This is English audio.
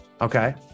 Okay